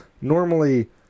normally